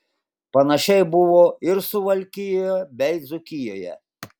panašiai buvo ir suvalkijoje bei dzūkijoje